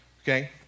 Okay